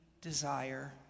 desire